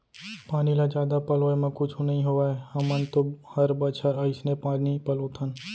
पानी ल जादा पलोय म कुछु नइ होवय हमन तो हर बछर अइसने पानी पलोथन